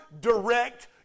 direct